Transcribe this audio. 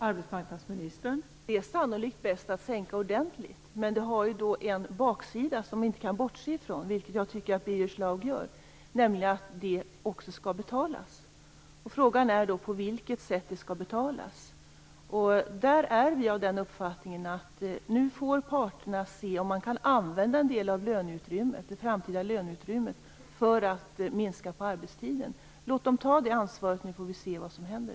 Fru talman! Det är sannolikt bäst att minska arbetstiden ordentligt, men det har en baksida som man inte kan bortse från, vilket jag tycker att Birger Schlaug gör, nämligen att detta skall betalas. Frågan är då på vilket sätt det skall betalas. Där är vi av den uppfattningen att parterna nu får undersöka om de kan använda en del av det framtida löneutrymmet för att minska arbetstiden. Låt dem ta det ansvaret, så får vi se vad som händer.